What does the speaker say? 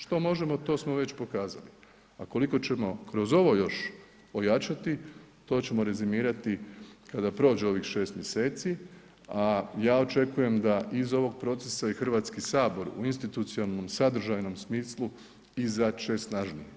Što možemo to smo već pokazali a koliko ćemo kroz ovo još ojačati, to ćemo rezimirati kada prođe ovih 6 mjeseci a ja očekujem da iz ovog procesa i Hrvatski sabor u institucionalnom, sadržajnom smislu izađe snažniji.